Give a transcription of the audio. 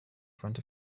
front